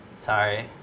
Sorry